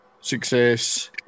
success